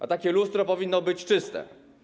A takie lustro powinno być czyste.